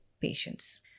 patients